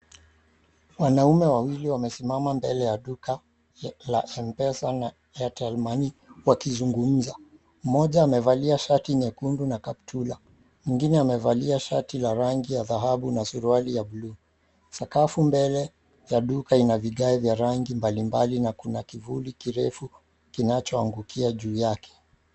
Wanaume wawili wamesimama mbele ya duka la M-pesa na Airtel Money wakizungumza. Mmoja amevalia shati nyekundu na kaptula. Mwingine amevalia shati la rangi ya dhahabu na suruali ya buluu. Sakafu mbele ya duka ina vigae vya rangi mbalimbali na kuna kivuli kirefu kinachoangukia juu yake.